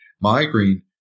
migraine